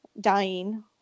dying